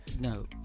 No